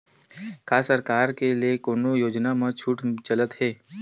का सरकार के ले कोनो योजना म छुट चलत हे?